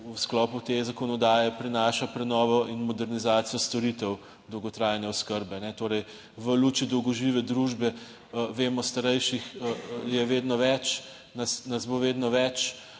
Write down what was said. v sklopu te zakonodaje prinaša prenovo in modernizacijo storitev dolgotrajne oskrbe torej v luči dolgožive družbe. Vemo, starejših je vedno več, nas bo vedno več